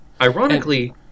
Ironically